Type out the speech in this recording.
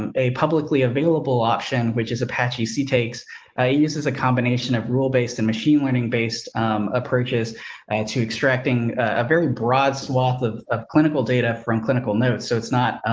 um a publicly available option, which is apache see, takes i used as a combination of rule based and machine learning based approaches to extracting a very broad swath of of clinical data from clinical notes. so, it's not,